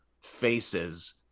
faces